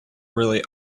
really